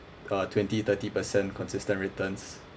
uh twenty thirty percent consistent returns